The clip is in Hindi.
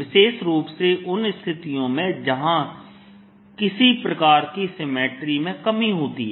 विशेष रूप से उन स्थितियों में जहां किसी प्रकार की सिमेट्री में कमी होती है